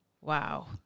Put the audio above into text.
Wow